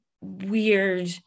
weird